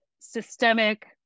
systemic